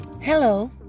hello